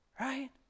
right